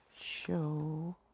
show